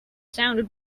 sounded